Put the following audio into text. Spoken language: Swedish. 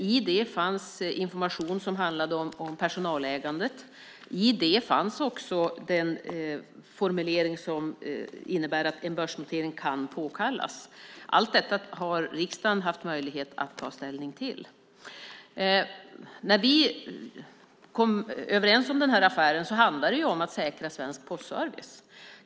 I det fanns också information som handlade om personalägandet och en formulering som innebär att en börsnotering kan påkallas. Allt detta har riksdagen haft möjlighet att ta ställning till. När vi kom överens om den här affären handlade det om att säkra svensk postservice.